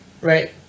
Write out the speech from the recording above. Right